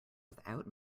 without